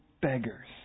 beggars